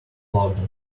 flounder